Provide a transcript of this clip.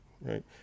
right